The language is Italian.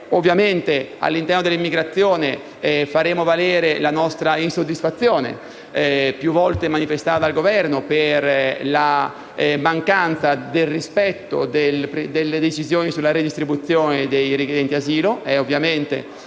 all'interno dell'immigrazione, faremo valere la nostra insoddisfazione, più volte manifestata dal Governo, per la mancanza del rispetto delle decisioni sulla redistribuzione dei richiedenti asilo